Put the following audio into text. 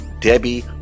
Debbie